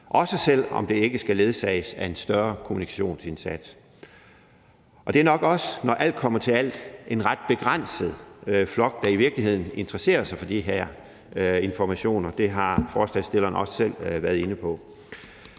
også selv om det ikke skal ledsages af en større kommunikationsindsats. Det er nok også, når alt kommer til alt, en ret begrænset flok, der i virkeligheden interesserer sig for de her informationer, og det har ordføreren for forslagsstillerne også selv været inde på.